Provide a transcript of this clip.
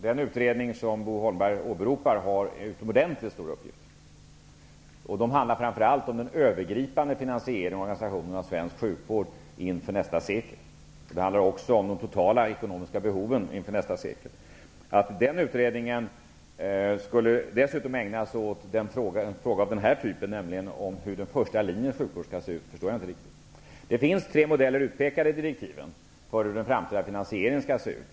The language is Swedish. Den utredning som Bo Holmberg åberopar har en utomordentligt stor uppgift. Det handlar framför allt om den övergripande finansieringen och organisationen av svensk sjukvård inför nästa sekel. Det handlar också om de totala ekonomiska behoven inför nästa sekel. Att utredningen dessutom skulle ägna sig åt frågan om hur den första linjens sjukvård skall se ut förstår jag inte riktigt. Tre modeller pekas ut i direktiven för hur den framtida finansieringen skall se ut.